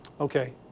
Okay